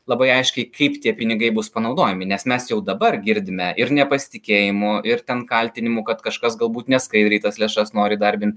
labai aiškiai kaip tie pinigai bus panaudojami nes mes jau dabar girdime ir nepasitikėjimų ir ten kaltinimų kad kažkas galbūt neskaidriai tas lėšas nori įdarbint